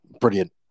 brilliant